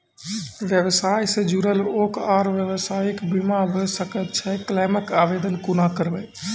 व्यवसाय सॅ जुड़ल लोक आर व्यवसायक बीमा भऽ सकैत छै? क्लेमक आवेदन कुना करवै?